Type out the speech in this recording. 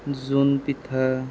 জোনপিঠা